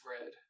red